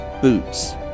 boots